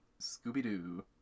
Scooby-Doo